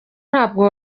ntabwo